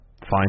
fine